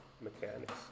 Mechanics